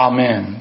Amen